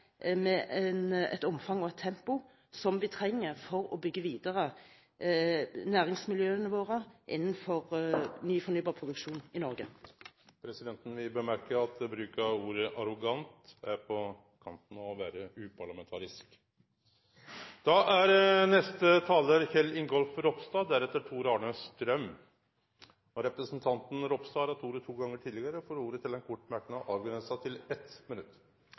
med et tempo som vi trenger for å bygge næringsmiljøene våre innen ny fornybar produksjon videre i Norge. Presidenten vil nemne at bruk av ordet «arrogant» er på kanten til å vere uparlamentarisk. Neste talar er representanten Kjell Ingolf Ropstad. Han har hatt ordet to gonger tidlegare og får ordet til ein kort merknad, avgrensa til 1 minutt.